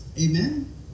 Amen